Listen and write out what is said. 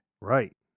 right